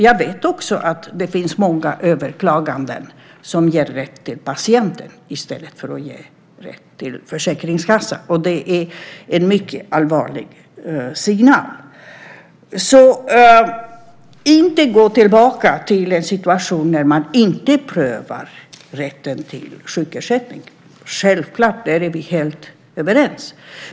Jag vet också att det finns många överklaganden som ger rätt till patienten i stället för att ge rätt till Försäkringskassan. Det är en mycket allvarlig signal. Jag vill självklart inte gå tillbaka till en situation då man inte prövar rätten till sjukersättning - där är vi helt överens.